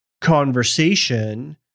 conversation